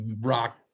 rock